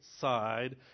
side